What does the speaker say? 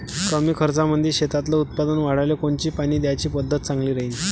कमी खर्चामंदी शेतातलं उत्पादन वाढाले कोनची पानी द्याची पद्धत चांगली राहीन?